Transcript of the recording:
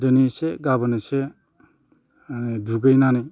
दिनै एसे गाबोन एसे दुगैनानै